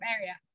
area